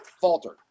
faltered